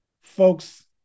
folks